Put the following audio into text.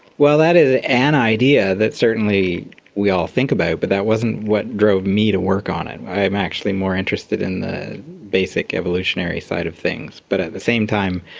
well, that is an idea that certainly we all think about, but that wasn't what drove me to work on it. i'm actually more interested in the basic evolutionary side of things. but at the same time,